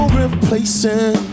replacing